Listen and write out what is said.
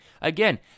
Again